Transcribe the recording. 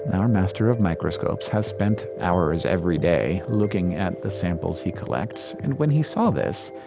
our master of microscopes, has spent hours every day looking at the samples he collects. and when he saw this,